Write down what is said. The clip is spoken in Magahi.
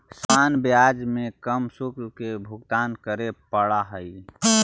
सामान्य ब्याज में कम शुल्क के भुगतान करे पड़ऽ हई